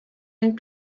and